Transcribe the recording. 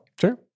Sure